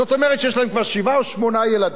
זאת אומרת כשיש להם כבר שבעה או שמונה ילדים,